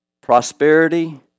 prosperity